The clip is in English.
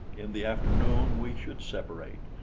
in the afternoon we should separate,